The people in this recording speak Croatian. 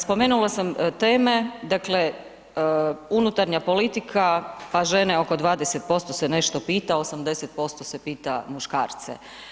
Spomenula sam teme, dakle unutarnja politika pa žene oko 20% se nešto pita, 80% se pita muškarce.